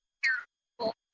terrible